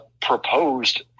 proposed